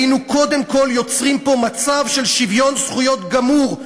היינו קודם כול יוצרים פה מצב של שוויון זכויות גמור,